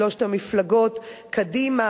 שלוש המפלגות: קדימה,